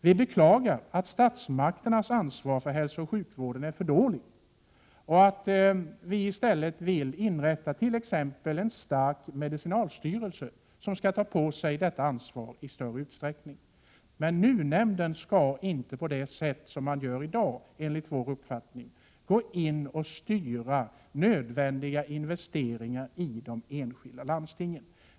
Vi beklagar att statsmakternas ansvar för hälsooch sjukvården är för dåligt. Vi vill inrätta t.ex. en stark medicinalstyrelse, som i större utsträckning tar på sig det ansvaret. Men NUU-nämnden skall enligt vår uppfattning inte på det sätt som man i dag gör styra nödvändiga investeringar i de enskilda landstingen.